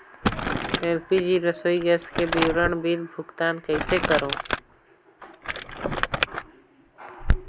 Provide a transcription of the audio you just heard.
LPG रसोई gas के विवरण बिल भुगतान कइसे करों?